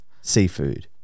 Seafood